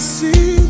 see